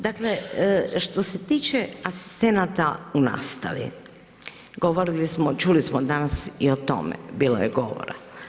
Dakle što se tiče asistenata u nastavi, govorili smo, čuli smo danas i o tome, bilo je govora.